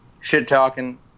shit-talking